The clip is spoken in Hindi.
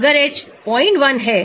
वह विकल्प बेंजोइक एसिड है